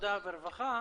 העבודה והרווחה,